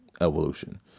Evolution